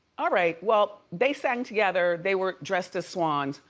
all right, well, they sang together. they were dressed as swans.